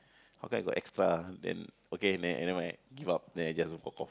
how come I got extra then okay never mind give up then I just walk off